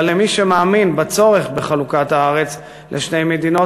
אבל למי שמאמין בצורך בחלוקת הארץ לשתי מדינות,